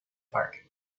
park